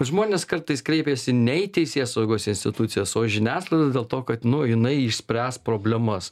žmonės kartais kreipiasi ne į teisėsaugos institucijas o žiniasklaidą dėl to kad nu jinai išspręs problemas